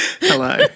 Hello